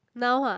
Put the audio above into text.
now ah